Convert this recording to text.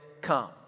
come